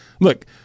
Look